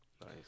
Nice